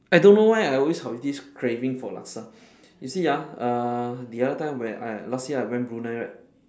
I don't know why I always have this craving for laksa you see ah uh the other time where I last year I went brunei right